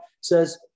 says